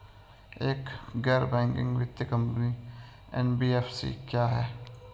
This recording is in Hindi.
एक गैर बैंकिंग वित्तीय कंपनी एन.बी.एफ.सी क्या है?